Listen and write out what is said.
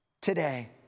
today